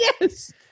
yes